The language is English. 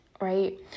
right